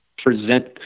present